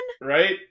Right